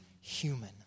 human